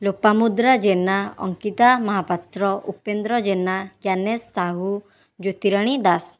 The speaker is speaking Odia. ଲୋପାମୁଦ୍ରା ଜେନା ଅଙ୍କିତା ମହାପାତ୍ର ଉପେନ୍ଦ୍ର ଜେନା ଜ୍ଞାନେଶ ସାହୁ ଜ୍ୟୋତିରାଣୀ ଦାସ